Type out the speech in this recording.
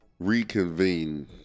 Reconvene